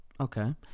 Okay